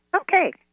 Okay